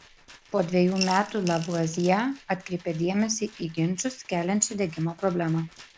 po dvejų metų lavuazjė atkreipė dėmesį į ginčus keliančią degimo problemą